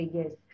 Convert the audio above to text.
yes